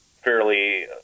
fairly